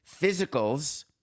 physicals